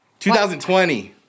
2020